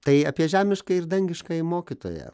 tai apie žemišką ir dangiškąjį mokytoją